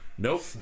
Nope